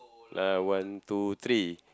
ya one two three